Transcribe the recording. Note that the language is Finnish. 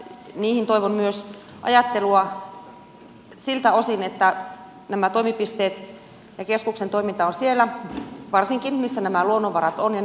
niihin toivon myös ajattelua siltä osin että nämä toimipisteet ja keskuksen toiminta ovat varsinkin siellä missä nämä luonnonvarat ovat